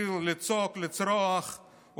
אז היו מחנות, יוסי חימי, מתחיל לצעוק, לצרוח.